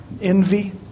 envy